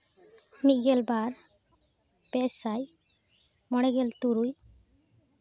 ᱢᱤᱫᱜᱮᱞ ᱵᱟᱨ ᱯᱮᱥᱟᱭ ᱢᱚᱬᱮᱜᱮᱞ ᱛᱩᱨᱩᱭ